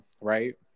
right